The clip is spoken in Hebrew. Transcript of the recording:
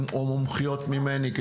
או מומחיות ממני,